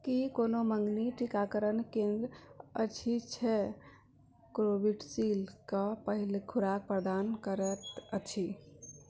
की कोनो मँगनी टीकाकरण केंद्र अछि जे कोविडशील्ड के पहिल खुराक प्रदान करैत अछि